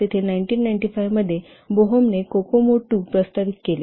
तेथे 1995 मध्ये बोहेमने कोकोमो 2 प्रस्तावित केले